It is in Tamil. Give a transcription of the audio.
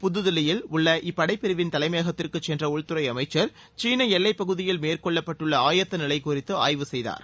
புதுதில்லியில் உள்ள இப்படைப்பிரிவின் தலைமையகத்திற்குச் சென்ற உள்துறை அமைச்சர் சீன எல்லைப்பகுதியில் மேற்கொள்ளப்பட்டுள்ள ஆயத்தநிலை குறித்து ஆய்வு செய்தார்